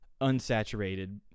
unsaturated